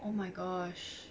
oh my gosh